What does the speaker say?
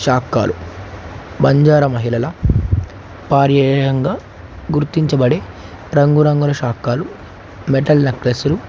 శాక్కాలు బంజార మహిళల పార్యేయంగా గుర్తించబడే రంగురంగుల శాక్కాలు మెటల్ నెక్లెస్సులు